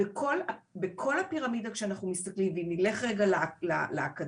בכל הפירמידות שאנחנו מסתכלים ואם נלך רגע לאקדמיה,